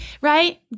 right